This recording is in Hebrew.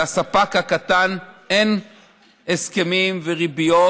לספק הקטן אין הסכמים וריביות,